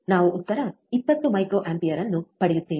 ನಾವು ಉತ್ತರ 20 ಮೈಕ್ರೊಅಂಪಿಯರ್ ಅನ್ನು ಪಡೆಯುತ್ತೇವೆ